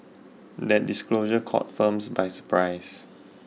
that disclosure caught firms by surprise